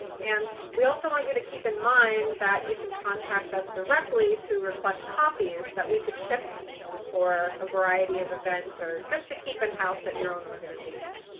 and we also want you to keep in mind that you can contact us directly to request copies that we can ship to you for a variety of events or just to keep in-house at your own organization.